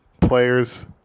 players